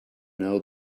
know